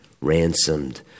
ransomed